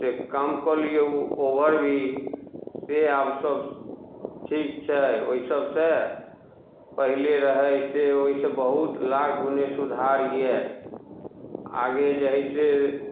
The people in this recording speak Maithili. से काम कऽ लियौ ओवर भी से आब सभ ठीक छै ओइ सभसँ पहिले रहय से ओहिसँ बहुत लाख गुने सुधार यऽ आगे जे हइ से